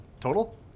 Total